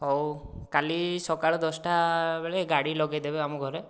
ହେଉ କାଲି ସକାଳ ଦଶଟା ବେଳେ ଗାଡ଼ି ଲଗେଇଦେବେ ଆମ ଘରେ